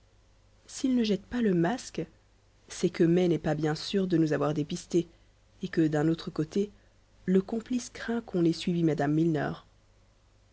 s'ils ne jettent pas le masque c'est que mai n'est pas bien sûr de nous avoir dépistés et que d'un autre côté le complice craint qu'on n'ait suivi mme milner